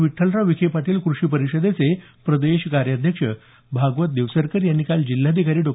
विठ्ठलराव विखे पाटील क्रषी परिषदेचे प्रदेश कार्याध्यक्ष भागवत देवसरकर यांनी काल जिल्हाधिकारी डॉ